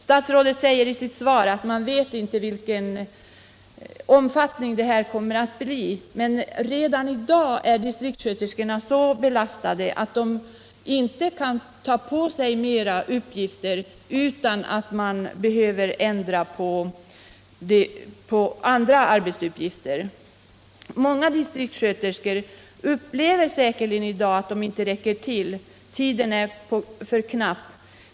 Statsrådet säger i sitt svar att man inte vet vilken omfattning det här kommer att få, men redan i dag är distriktssköterskorna så belastade att de inte kan ta på sig mer uppgifter utan att man ändrar på andra arbetsuppgifter. Många distriktssköterskor upplever säkerligen i dag att de inte räcker till. Tiden är för knapp.